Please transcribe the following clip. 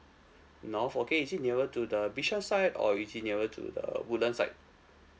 north okay is it nearer to the bishan side or is it nearer to the woodlands side